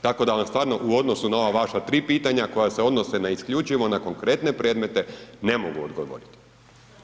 Tako da vam u odnosu na ova vaša tri pitanja koja se odnose isključivo na konkretne predmete ne mogu odgovoriti.